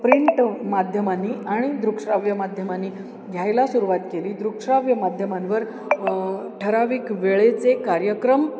print माध्यमांनी आणि दृकश्राव्य माध्यमांनी घ्यायला सुरुवात केली दृकश्राव्य माध्यमांवर ठराविक वेळेचे कार्यक्रम